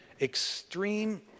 extreme